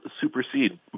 supersede